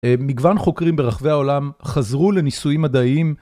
מגוון חוקרים ברחבי העולם חזרו לניסויים מדעיים.